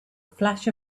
flash